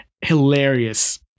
hilarious